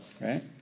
Right